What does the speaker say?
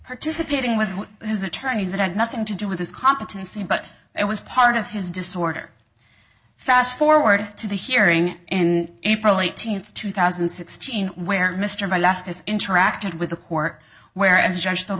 participating with his attorneys it had nothing to do with his competency but it was part of his disorder fast forward to the hearing in april eighteenth two thousand and sixteen where mr my last has interacted with the court where as judge whe